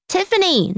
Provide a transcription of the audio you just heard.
Tiffany